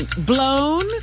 Blown